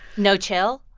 no chill?